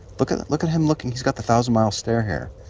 look and look at him looking. he's got the thousand-mile stare here.